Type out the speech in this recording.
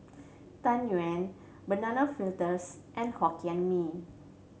Tang Yuen Banana Fritters and Hokkien Mee